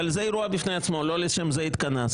אבל זה אירוע בפני עצמו, לא לשם זה התכנסנו.